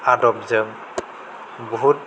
आदबजों बहुद